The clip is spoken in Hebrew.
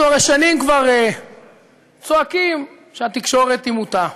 אנחנו הרי שנים כבר צועקים שהתקשורת היא מוטה,